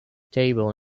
table